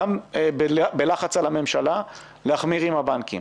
גם בלחץ על הממשלה, להחמיר עם הבנקים.